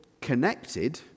connected